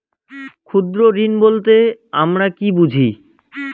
ক্ষুদ্র ঋণ বলতে আমরা কি বুঝি?